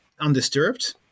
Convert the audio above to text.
undisturbed